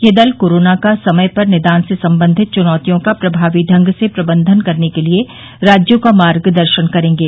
ये दल कोरोना का समय पर निदान से संबंधित चुनौतियों का प्रभावी ढंग से प्रबंधन करने के लिए राज्यों का मार्गदर्शन करेंगे